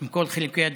עם כל חילוקי הדעות,